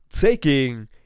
taking